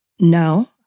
No